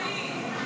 אדוני,